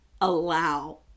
allow